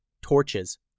Torches